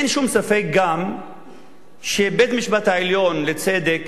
אין שום ספק גם שבית-המשפט העליון, לצדק,